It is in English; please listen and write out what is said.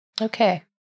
Okay